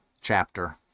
chapter